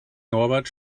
norbert